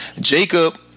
Jacob